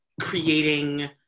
creating